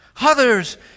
Others